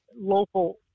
local